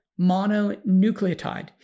mononucleotide